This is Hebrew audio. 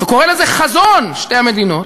וקורא לזה חזון שתי המדינות,